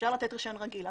אפשר לתת רישיון רגיל.